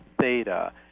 theta